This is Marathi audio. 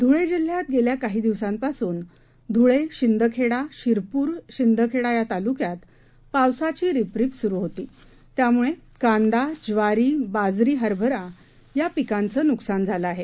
धुळेजिल्ह्यात गेल्याकाहीदिवसांपासूनधुळे शिंदखेडा शिरपूर शिंदखेडायातालुक्यातपावसाचीरिपरिपसुरूहोती त्यामुळेकांदा ज्वारी बाजरी हरभरायापिकांचंनुकसानझालंआहे